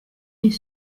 est